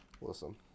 Listen